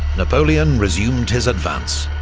napoleon resumed his advance.